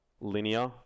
linear